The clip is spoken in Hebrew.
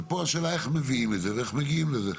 ופה השאלה איך מביאים את זה ואיך מגיעים לזה.